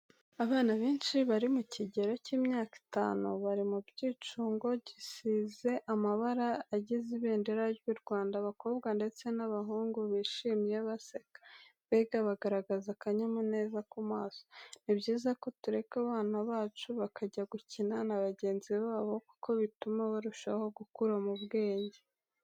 Abana benshi bari mu kigero cy'imyaka itanu, bari mu cyicungo gisize amabara agize ibendera ry'u Rwanda, abakobwa ndetse n'abahungu, bishimye, baseka mbega bagaragaza akanyamuneza ku maso. Ni byiza ko tureka abana bacu bakajya gukina na bagenzi babo kuko bituma barushaho gukura mu bwenge.